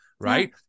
Right